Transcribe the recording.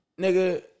nigga